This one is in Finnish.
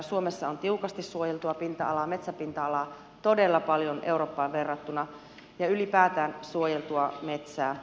suomessa on tiukasti suojeltua metsäpinta alaa todella paljon eurooppaan verrattuna ja ylipäätään suojeltua metsää